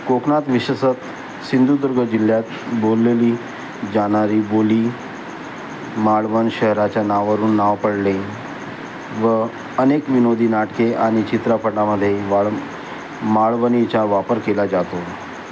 कोकणात विशेषत सिंधुदुर्ग जिल्ह्यात बोललेली जाणारी बोली मालवण शहराच्या नावारून नाव पडले व अनेक विनोदी नाटके आणि चित्रपटामध्ये वाळ मालवणीचा वापर केला जातो